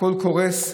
הכול קורס.